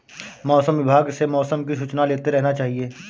मौसम विभाग से मौसम की सूचना लेते रहना चाहिये?